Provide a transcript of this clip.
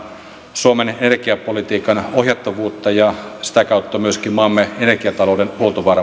suomen energiapolitiikan ohjattavuutta ja sitä kautta myöskin maamme energiatalouden huoltovarmuutta